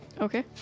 Okay